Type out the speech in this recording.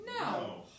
No